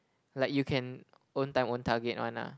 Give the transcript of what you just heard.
like you can own time own target one lah